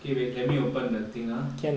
okay wait let me open the thing ah